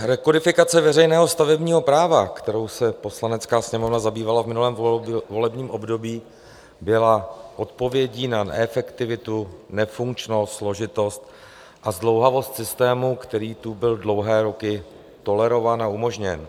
Rekodifikace veřejného stavebního práva, kterou se Poslanecká sněmovna zabývala v minulém volebním období, byla odpovědí na neefektivitu, nefunkčnost, složitost a zdlouhavost systému, který tu byl dlouhé roky tolerován a umožněn.